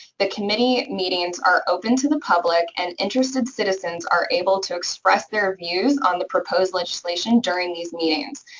the committee meetings are open to the public and interested citizens are able to express their views on the proposed legislation during these meetings.